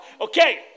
Okay